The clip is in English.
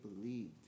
believed